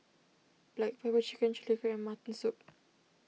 Black Pepper Chicken Chili Crab and Mutton Soup